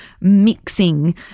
mixing